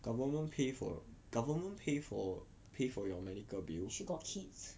she got kids